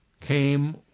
came